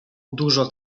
dużo